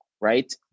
right